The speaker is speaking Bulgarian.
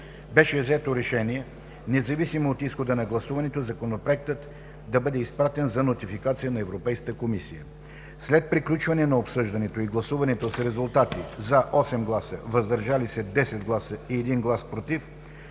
Беше взето решение, независимо от изхода от гласуването, Законопроектът да бъде изпратен за нотификация в Европейската комисия. След приключване на обсъждането и гласуване с резултати: „за“ – 8 гласа, „въздържали се“ – 10 гласа, и един глас „против“,